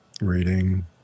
Reading